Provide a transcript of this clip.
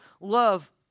love